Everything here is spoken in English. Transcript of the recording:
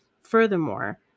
Furthermore